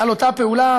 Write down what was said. על אותה פעולה: